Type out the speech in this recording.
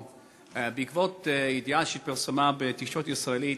בעקבות ידיעה שפורסמה בתקשורת הישראלית,